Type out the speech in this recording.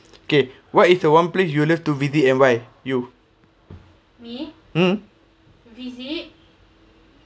okay what is the one place you love to visit and why you mm